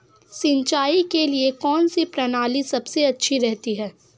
सिंचाई के लिए कौनसी प्रणाली सबसे अच्छी रहती है?